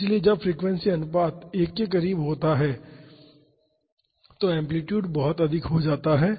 इसलिए जब फ्रीक्वेंसी अनुपात 1 के करीब होता है तो एम्पलीटूड बहुत अधिक हो जाता है